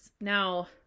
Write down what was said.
Now